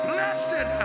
Blessed